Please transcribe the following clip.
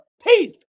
teeth